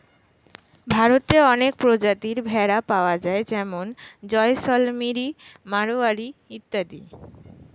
ভারতে অনেক প্রজাতির ভেড়া পাওয়া যায় যেমন জয়সলমিরি, মারোয়ারি ইত্যাদি